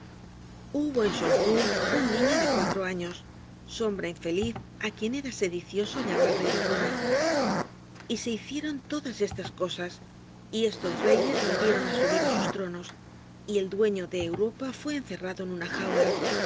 hubo en schoenbrunn un niño de cuatro años sombra infeliz á quien era sedicioso llamar rey de roma y se hicieron todas estas cosas y estos reyes volvieron á subir á sus tronos y el dueño de europa fue encerrado en una jaula